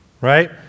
right